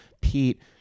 Pete